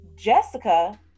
jessica